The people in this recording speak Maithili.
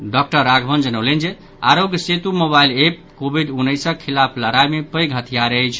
डॉक्टर राघवन जनौलनि जे Aarogya Setu mobile app covid उन्नैसक खिलाफ लड़ाई मे पैघ हथियार अछि